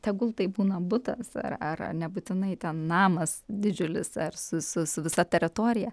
tegul tai būna butas ar ar nebūtinai ten namas didžiulis ar su su su visa teritorija